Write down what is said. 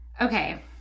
okay